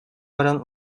баран